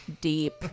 deep